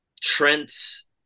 Trent's